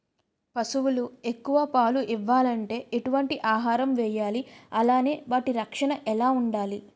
పశువులు ఎక్కువ పాలు ఇవ్వాలంటే ఎటు వంటి ఆహారం వేయాలి అలానే వాటి రక్షణ ఎలా వుండాలి?